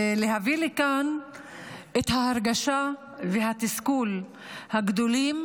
ולהביא לכאן את ההרגשה והתסכול הגדולים